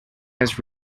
has